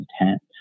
intent